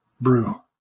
brew